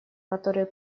который